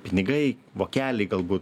pinigai vokeliai galbūt